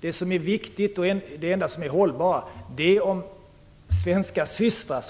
Det som är viktigt och det enda som är hållbart är om så att säga svenska systrar